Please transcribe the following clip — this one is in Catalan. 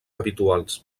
habituals